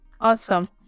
Awesome